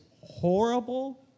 horrible